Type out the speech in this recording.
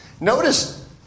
Notice